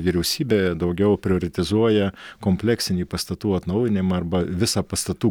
vyriausybė daugiau prioretizuoja kompleksinį pastatų atnaujinimą arba visą pastatų